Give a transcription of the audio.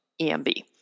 EMB